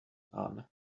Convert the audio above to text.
nun